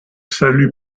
saluent